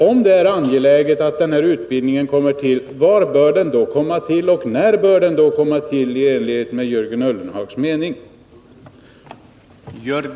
Om det är angeläget att den här utbildningen kommer till, var och när bör den då komma till enligt Jörgen Ullenhags mening?